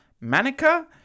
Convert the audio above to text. Manica